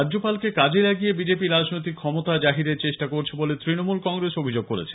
রাজ্যপালকে কাজে লাগিয়ে বিজেপি রাজনৈতিক ক্ষমতা জাহিরের চেষ্টা করছে বলে ত়নমূল কংগ্রেস অভিযোগ করেছে